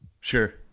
sure